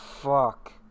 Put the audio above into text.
fuck